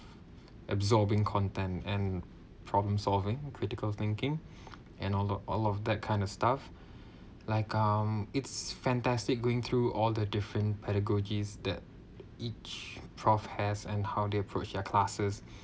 absorbing content and problem solving critical thinking and all of all of that kind of stuff like um it's fantastic going through all the different pedagogies that each prof has and how they approach their classes